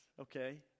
okay